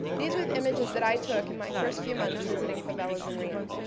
these are the images that i took in my first few months visiting favelas in rio.